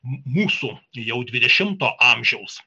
mūsų jau dvidešimto amžiaus